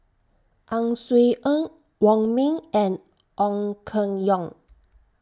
Ang Swee Aun Wong Ming and Ong Keng Yong